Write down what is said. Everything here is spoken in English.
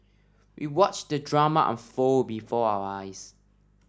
we watched the drama unfold before our eyes